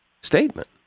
statement